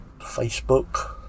Facebook